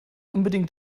unbedingt